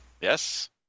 Yes